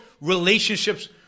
relationships